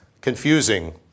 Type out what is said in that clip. confusing